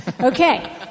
Okay